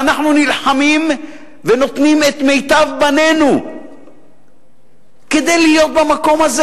ואנחנו נלחמים ונותנים את מיטב בנינו כדי להיות במקום הזה.